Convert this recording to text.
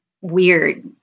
weird